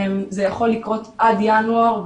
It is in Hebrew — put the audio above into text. זה יכול לקרות עד ינואר,